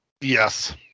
Yes